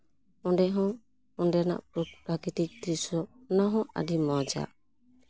ᱚᱸᱰᱮ ᱦᱚᱸ ᱚᱸᱰᱮᱱᱟᱜ ᱯᱨᱟᱠᱨᱤᱛᱤᱠ ᱫᱨᱤᱥᱥᱚ ᱚᱱᱟ ᱦᱚᱸ ᱟᱹᱰᱤ ᱢᱚᱡᱽᱼᱟ